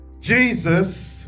Jesus